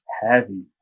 Heavy